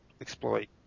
exploit